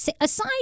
aside